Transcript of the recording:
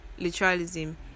Literalism